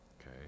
okay